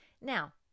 Now